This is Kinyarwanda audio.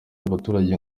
abaturage